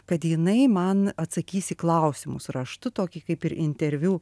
kad jinai man atsakys į klausimus raštu tokį kaip ir interviu